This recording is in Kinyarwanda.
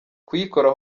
kuyikora